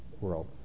world